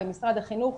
במשרד החינוך,